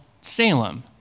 Salem